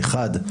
האחד,